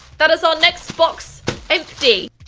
that is our next box empty!